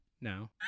No